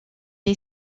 est